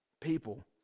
people